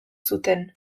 zuten